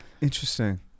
Interesting